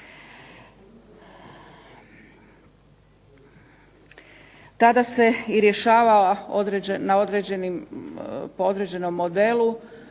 Tada se i rješavalo po određenom modelu,